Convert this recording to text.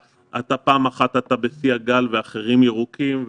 אתה פעם אחת בשיא הגל ואחרים ירוקים,